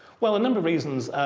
well, a number of reasons.